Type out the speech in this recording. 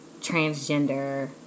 transgender